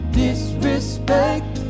disrespect